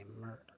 murder